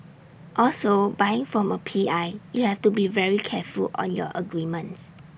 also buying from A P I you have to be very careful on your agreements